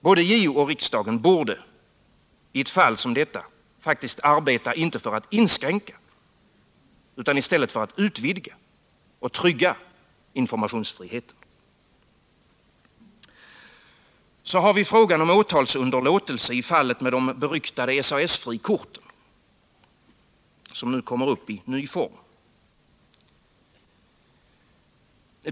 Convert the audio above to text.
Både JO och riksdagen borde i ett fall som detta arbeta inte för att inskränka utan för att utvidga och trygga informationsfriheten. Så har vi frågan om åtalsunderlåtelse i fallet med de beryktade SAS frikorten, ett fall som nu kommer upp i ny form.